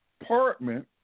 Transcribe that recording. apartment